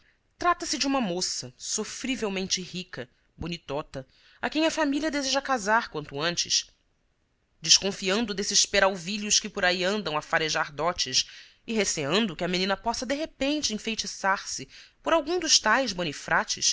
trata-se de uma moça sofrivelmente rica bonitota a quem a família deseja casar quanto antes desconfiando desses peralvilhos que por aí andam a farejar dotes e receando que a menina possa de repente enfeitiçar se por algum dos tais